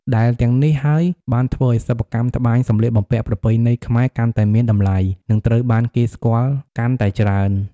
ដែលទាំងនេះហើយបានធ្វើឲ្យសិប្បកម្មត្បាញសម្លៀកបំពាក់ប្រពៃណីខ្មែរកាន់តែមានតម្លៃ និងត្រូវបានគេស្គាល់កាន់តែច្រើន។